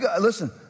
Listen